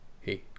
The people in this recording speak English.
hey